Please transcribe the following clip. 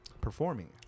performing